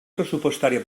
pressupostària